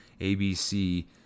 ABC